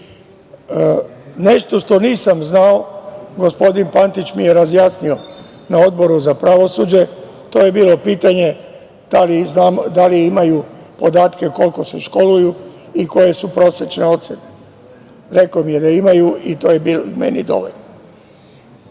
priče. Nešto što nisam znao, gospodin Pantić mi je razjasnio na Odboru za pravosuđe, a to je bilo pitanje – da li imaju podatke koliko se školuju i koje su prosečne ocene? Rekao mi je da imaju i to je bilo meni dovoljno. Mi